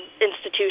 institution